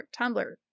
tumblr